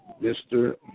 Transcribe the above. Mr